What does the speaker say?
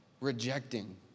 rejecting